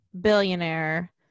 billionaire